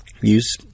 Use